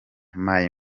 mai